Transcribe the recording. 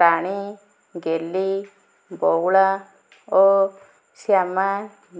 ରାଣୀ ଗେଲି ବଉଳା ଓ ଶ୍ୟାମା